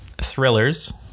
thrillers